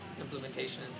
implementation